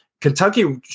Kentucky